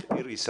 איריס,